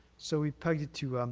so we tied it to